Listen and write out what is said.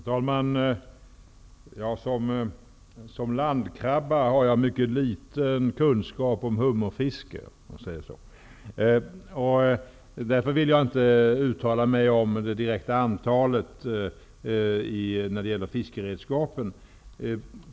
Herr talman! Som landkrabba har jag liten kunskap om hummerfiske. Därför vill jag inte uttala mig om det exakta antalet när det gäller fiskeredskapen.